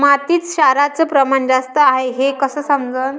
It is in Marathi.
मातीत क्षाराचं प्रमान जास्त हाये हे कस समजन?